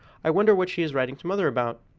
i wonder what she is writing to mother about.